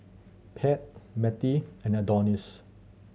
Pat Mattie and Adonis